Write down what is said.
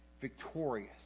victorious